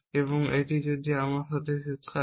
এবং এটি যদি আমার শেষ কাজ হয়